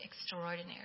extraordinary